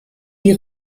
die